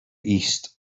east